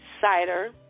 cider